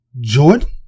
Jordan